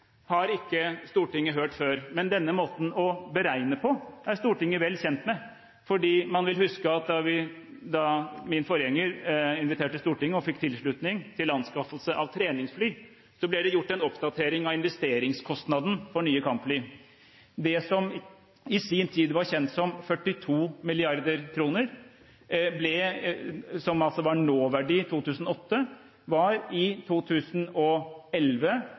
har ikke Stortinget hørt før. Men denne måten å beregne på, er Stortinget vel kjent med. Man vil huske at da min forgjenger inviterte Stortinget – og fikk tilslutning – til anskaffelse av treningsfly, ble det gjort en oppdatering av investeringskostnaden for nye kampfly. Det som i sin tid var kjent som 42 mrd. kr, som altså var nåverdi 2008, var i 2011